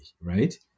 right